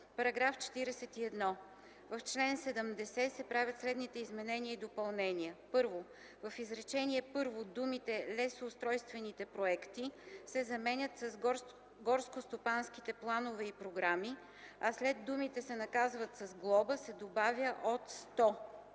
„§ 41. В чл. 70 се правят следните изменения и допълнения: 1. В изречение първо думите „лесоустройствените проекти” се заменят с „горскостопанските планове и програми”, а след думите „се наказва с глоба” се добавя „от 100”.